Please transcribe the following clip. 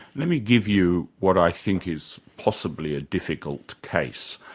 let me give you what i think is possibly a difficult case,